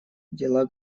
дела